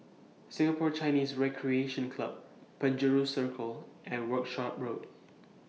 Singapore Chinese Recreation Club Penjuru Circle and Workshop Road